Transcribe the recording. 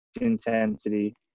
intensity